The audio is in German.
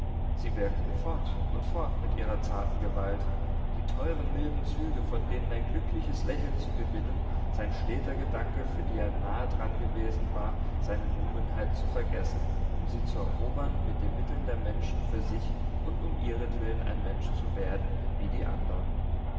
sie wirkten fort und fort mit ihrer zarten gewalt die teuren milden züge von denen ein glückliches lächeln zu gewinnen sein steter gedanke für die er nahe daran gewesen war seine numenheit zu vergessen um sie zu erobern mit den mitteln der menschen für sich und um ihretwillen ein mensch zu werden wie die andern